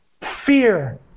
fear